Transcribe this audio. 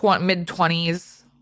mid-twenties